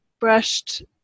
brushed